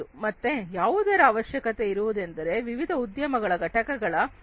ಮತ್ತೆ ಯಾವುದರ ಅವಶ್ಯಕತೆ ಇರುವುದೆಂದರೆ ವಿವಿಧ ಉದ್ಯಮಗಳ ಘಟಕಗಳ ಸಹಯೋಗ